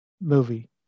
movie